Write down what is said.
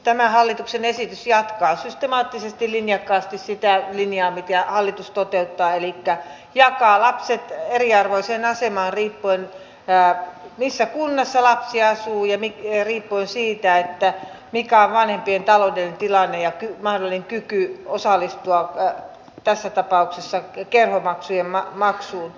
tämä hallituksen esitys jatkaa systemaattisesti linjakkaasti sitä linjaa mitä hallitus toteuttaa elikkä jakaa lapset eriarvoiseen asemaan riippuen siitä missä kunnassa lapsi asuu ja riippuen siitä mikä on vanhempien taloudellinen tilanne ja mahdollinen kyky osallistua tässä tapauksessa kerhomaksujen maksuun